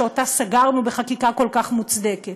שאותה סגרנו בחקיקה כל כך מוצדקת.